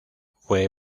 fue